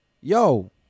Yo